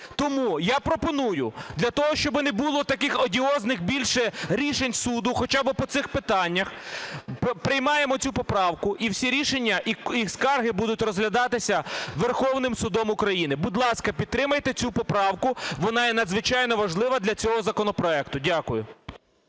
Тому я пропоную для того, щоби не було таких одіозних більше рішень суду хоча би по цих питаннях, приймаємо цю поправку. І всі рішення і скарги будуть розглядатися Верховним Судом України. Будь ласка, підтримайте цю поправку, вона є надзвичайно важлива для цього законопроекту. Дякую.